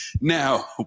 Now